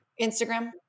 Instagram